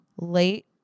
late